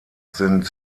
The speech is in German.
sind